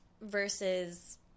versus